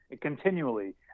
continually